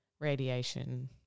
radiation